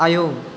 आयौ